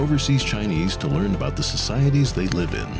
overseas chinese to learn about the societies they live in